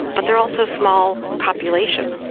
and but they're also small populations.